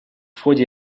ходе